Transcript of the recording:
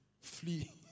flee